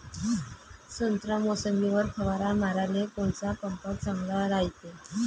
संत्रा, मोसंबीवर फवारा माराले कोनचा पंप चांगला रायते?